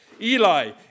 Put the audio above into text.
Eli